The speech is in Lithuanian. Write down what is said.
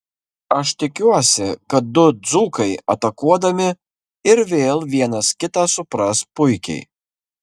aš tikiuosi kad du dzūkai atakuodami ir vėl vienas kitą supras puikiai